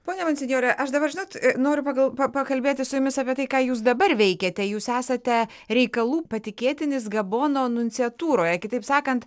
pone monsinjore aš dabar žinot noriu pakal pa pakalbėti su jumis apie tai ką jūs dabar veikiate jūs esate reikalų patikėtinis gabono nunciatūroje kitaip sakant